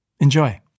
Enjoy